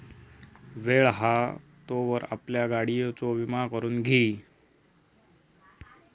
वेळ हा तोवर आपल्या गाडियेचो विमा करून घी